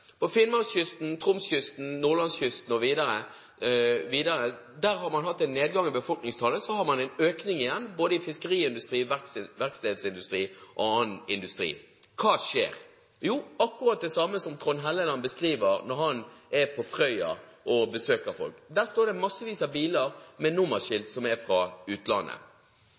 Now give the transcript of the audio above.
På Finnmarkskysten, Tromskysten, Nordlandskysten og videre har man hatt en nedgang i befolkningstallet. Så har man en økning igjen i både fiskeriindustri, verkstedindustri og annen industri. Hva skjer? Jo, akkurat det samme som Trond Helleland beskriver når han er på Frøya og besøker folk. Der står det massevis av biler med nummerskilt fra utlandet. Hvis de nummerskiltene er fra utlandet,